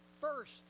first